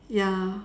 ya